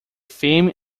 theme